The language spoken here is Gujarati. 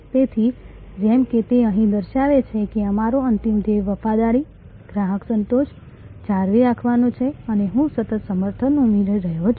તેથી જેમ કે તે અહીં દર્શાવે છે કે અમારો અંતિમ ધ્યેય વફાદારી ગ્રાહક સંતોષ જાળવી રાખવાનો છે અને હું સતત સમર્થન ઉમેરી રહ્યો છું